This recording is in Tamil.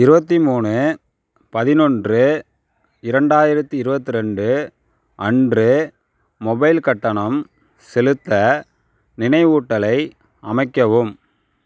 இருபத்தி மூணு பதினொன்று இரண்டாயிரத்தி இருபத்ரெண்டு அன்று மொபைல் கட்டணம் செலுத்த நினைவூட்டலை அமைக்கவும்